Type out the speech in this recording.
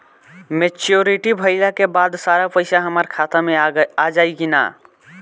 Maturity भईला के बाद सारा पईसा हमार खाता मे आ जाई न?